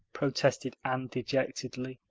protested anne dejectedly.